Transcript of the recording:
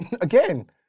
Again